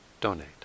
donate